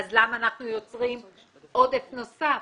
אז למה אנחנו יוצרים עודף נוסף,